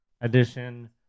edition